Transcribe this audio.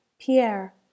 Pierre